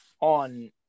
on